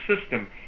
system